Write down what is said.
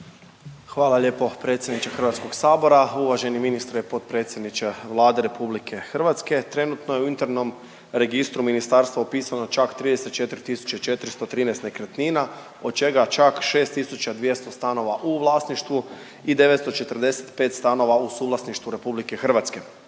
Hvala lijepo predsjedniče Hrvatskog sabora. Uvaženi ministre, potpredsjedniče Vlade RH trenutno je u internom registru ministarstva upisano čak 34.413 nekretnina od čega čak 6.200 stanova u vlasništvu i 945 stanova u suvlasništvu RH. Od toga je